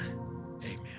amen